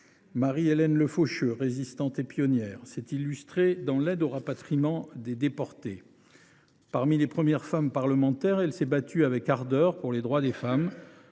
Marie Hélène Lefaucheux, résistante et pionnière, qui s’est illustrée dans l’aide au rapatriement des déportés. Parmi les premières femmes à devenir parlementaires, elle s’est battue avec ardeur pour les droits des femmes.